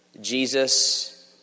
Jesus